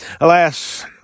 Alas